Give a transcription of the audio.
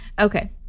okay